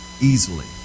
easily